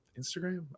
instagram